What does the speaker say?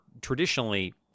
traditionally